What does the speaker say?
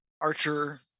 archer